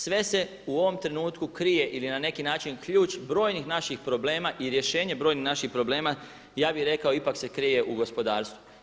Sve se u ovom trenutku krije ili na neki način ključ brojnih naših problema i rješenje brojnih naših problema, ja bih rekao ipak se krije u gospodarstvu.